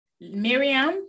Miriam